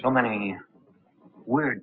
so many where